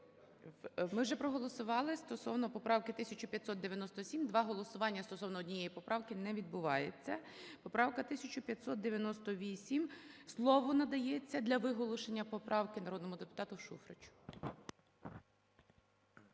Ми вже проголосували стосовно поправки 1597, два голосування стосовно однієї поправки не відбувається. Поправка 1598. Слово надається для виголошення поправки народному депутату Шуфричу.